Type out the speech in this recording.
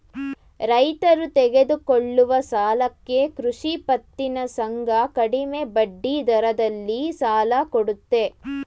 ರೈತರು ತೆಗೆದುಕೊಳ್ಳುವ ಸಾಲಕ್ಕೆ ಕೃಷಿ ಪತ್ತಿನ ಸಂಘ ಕಡಿಮೆ ಬಡ್ಡಿದರದಲ್ಲಿ ಸಾಲ ಕೊಡುತ್ತೆ